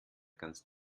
ganz